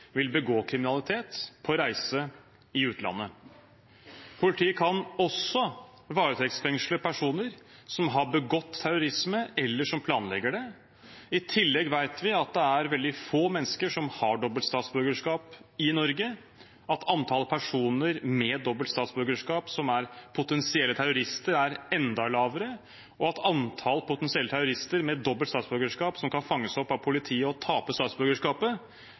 vil begå kriminalitet på reise i utlandet. Politiet kan også varetektsfengsle personer som har begått terrorisme, eller som planlegger det. I tillegg vet vi at det er veldig få mennesker som har dobbelt statsborgerskap i Norge, at antallet personer med dobbelt statsborgerskap som er potensielle terrorister, er enda lavere, og at antall potensielle terrorister med dobbelt statsborgerskap som kan fanges opp av politiet og tape statsborgerskapet,